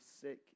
sick